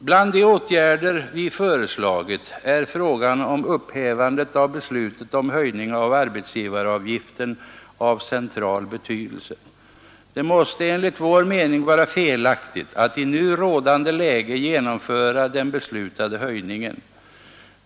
Bland de åtgärder vi föreslagit är upphävande av beslutet om höjning av arbetsgivaravgiften av central betydelse. Det måste enligt vår mening vara direkt felaktigt att i nu rådande läge genomföra den beslutade höjningen.